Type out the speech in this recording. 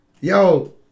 yo